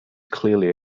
clearly